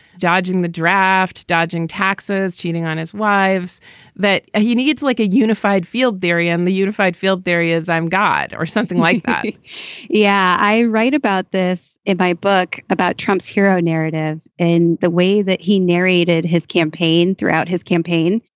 dodging the draft, dodging taxes, cheating on his wives that he needs like a unified field theory. and the unified field theory is i'm god or something like that yeah. i write about this in my book about trump's hero narrative and the way that he narrated his campaign throughout his campaign.